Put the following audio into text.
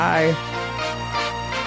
Bye